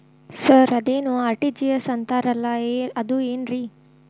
Sir ಅದೇನು RTGS ಅಂತಾರಲಾ ಅದು ಏನ್ರಿ?